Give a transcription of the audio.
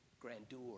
grandeur